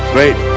Great